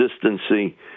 consistency